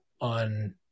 on